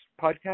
podcast